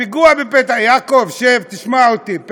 הפיגוע בפתח-תקווה, יעקב, שב תשמע אותי.